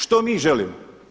Što mi želimo?